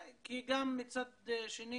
כי גם מצד שני